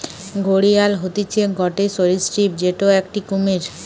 ঘড়িয়াল হতিছে গটে সরীসৃপ যেটো একটি কুমির